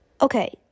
okay